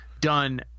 done